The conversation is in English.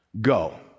Go